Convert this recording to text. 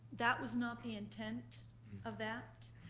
that was not the intent of that.